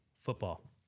football